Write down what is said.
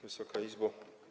Wysoka Izbo!